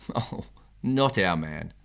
oh not our man!